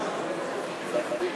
הכנסת,